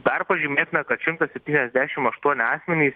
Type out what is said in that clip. dar pažymėtina kad šimtas septyniasdešim aštuoni asmenys